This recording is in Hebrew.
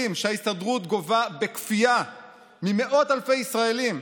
שההסתדרות גובה בכפייה ממאות אלפי ישראלים,